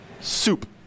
soup